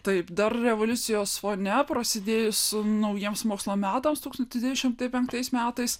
taip dar revoliucijos fone prasidėjus naujiems mokslo metams tūkstantis devyni šimtai penktais metais